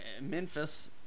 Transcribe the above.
Memphis